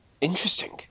Interesting